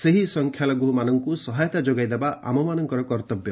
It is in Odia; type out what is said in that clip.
ସେହି ସଂଖ୍ୟାଲଘୁମାନଙ୍କୁ ସହାୟତା ଯୋଗାଇଦେବା ଆମମାନଙ୍କ କର୍ତ୍ତବ୍ୟ